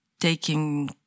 Taking